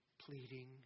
pleading